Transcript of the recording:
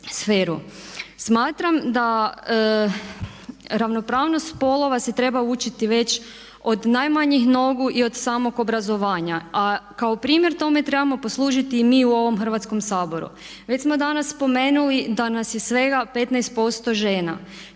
Smatram da ravnopravnost spolova se treba učiti već od najmanjih nogu i od samog obrazovanja a kao primjer tome trebamo poslužiti i mi u ovom Hrvatskom saboru. Već smo danas spomenuli da nas je svega 15% žena.